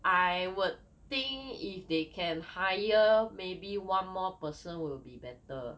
I would think if they can hire maybe one more person will be better